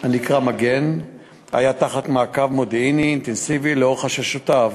הנקרא "מגן" הוא היה תחת מעקב מודיעיני אינטנסיבי לאור חששותיו,